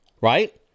right